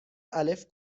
الف